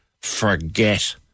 forget